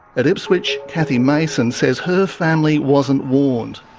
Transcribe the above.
at ipswich, cathy mason says her family wasn't warned.